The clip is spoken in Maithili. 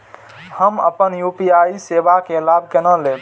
हम अपन यू.पी.आई सेवा के लाभ केना लैब?